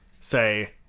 say